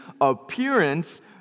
appearance